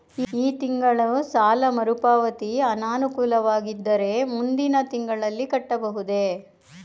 ಈ ತಿಂಗಳು ಸಾಲ ಮರುಪಾವತಿ ಅನಾನುಕೂಲವಾಗಿದ್ದರೆ ಮುಂದಿನ ತಿಂಗಳಲ್ಲಿ ಮಾಡಬಹುದೇ?